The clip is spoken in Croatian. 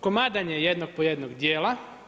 Komadanje jednog po jednog dijela.